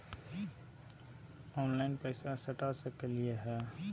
Online पैसा सटा सकलिय है?